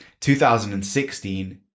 2016